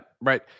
right